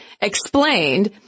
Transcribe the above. explained